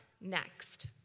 next